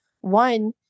one